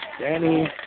Danny